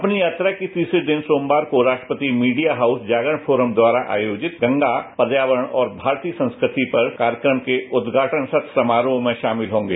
अपनी यात्रा के तीसरे दिन सोमवार को राष्ट्रपति मीडिया हाउस जागरण फोरम द्वारा आयोजित गंगा पर्यावरण और भारतीय संस्कृतिर पर कार्यक्रम के उद्घाटन सत्र समारोह में शामिल होंगे